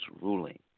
ruling